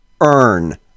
earn